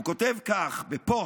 הוא כותב כך בפוסט: